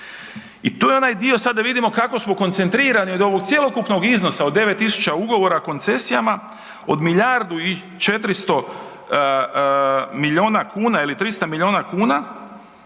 I tu je onaj dio sad, da vidimo kako smo koncentrirani od ovog cjelokupnog iznosa od 9 tisuća ugovora o koncesijama od milijardu i 400 milijuna kuna ili 300 milijuna kuna,